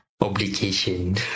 obligation